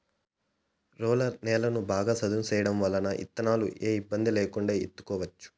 roller నేలను బాగా సదును చేయడం వల్ల ఇత్తనాలను ఏ ఇబ్బంది లేకుండా ఇత్తుకోవచ్చు